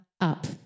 up